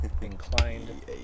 inclined